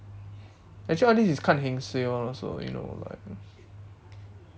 actually all of this is kind of heng suay [one] also you know like